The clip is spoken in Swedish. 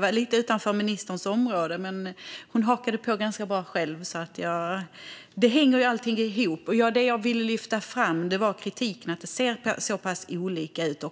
var lite utanför ministerns område. Men hon hakade på ganska bra själv, för allting hänger ju ihop. Det jag ville lyfta fram var kritiken mot att det ser så pass olika ut.